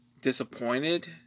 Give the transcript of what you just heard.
disappointed